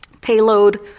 payload